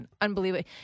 unbelievable